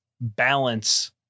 balance